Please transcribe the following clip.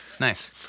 Nice